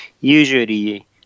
usually